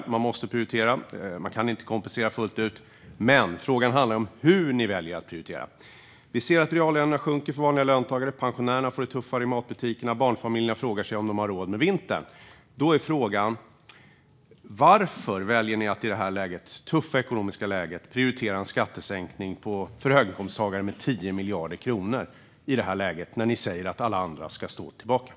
Man måste prioritera och kan inte kompensera fullt ut. Men frågan är hur ni väljer att prioritera, Elisabeth Svantesson. Vi ser att reallönerna sjunker för vanliga löntagare, att pensionärerna får det tuffare i matbutikerna och att barnfamiljerna frågar sig om de har råd med vintern. Därför är frågan: Varför väljer ni i detta tuffa ekonomiska läge, där ni säger att alla andra ska stå tillbaka, att prioritera en skattesänkning för höginkomsttagare med 10 miljarder kronor?